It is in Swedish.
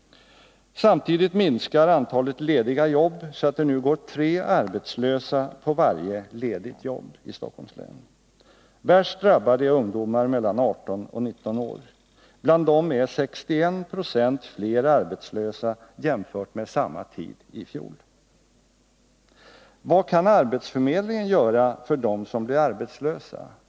Samtidigt minskar antalet lediga jobb, så att det nu går tre arbetslösa på varje ledigt jobb i Stockholms län. Värst drabbade är Vad kan arbetsförmedlingen göra för dem som blir arbetslösa?